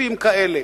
בהיקפים כאלה.